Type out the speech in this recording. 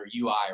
UI